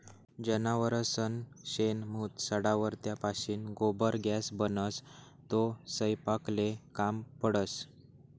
जनावरसनं शेण, मूत सडावर त्यापाशीन गोबर गॅस बनस, तो सयपाकले काम पडस